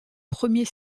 premier